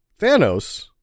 Thanos